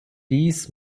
dies